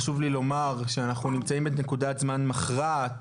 חשוב לי לומר שאנחנו נמצאים בנקודת זמן מכרעת